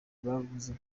bavuze